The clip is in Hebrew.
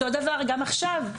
אותו דבר גם עכשיו.